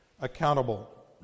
accountable